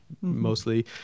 mostly